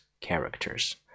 characters